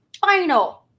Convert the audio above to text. final